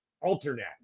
Alternate